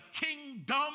kingdom